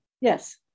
Yes